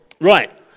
Right